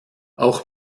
auch